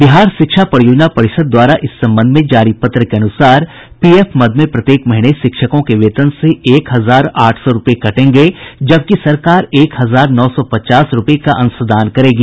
बिहार शिक्षा परियोजना परिषद द्वारा इस संबंध में जारी पत्र के अनुसार पीएफ मद में प्रत्येक महीने शिक्षकों के वेतन से एक हजार आठ सौ रूपये कटेंगे जबकि सरकार एक हजार नौ सौ पचास रूपये का अंशदान करेगी